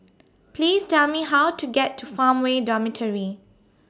Please Tell Me How to get to Farmway Dormitory